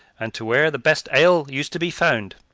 and to where the best ale used to be found.